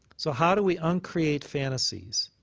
so how do we uncreate fantasies?